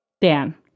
Dan